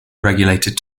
regulated